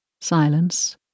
Silence